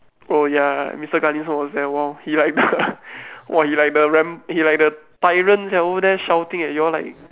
orh ya mister Ganesan was there lor he like the !wah! he like the ram~ he like the tyrant sia over there shouting at you all like